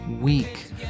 week